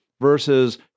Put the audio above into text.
versus